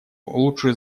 лучше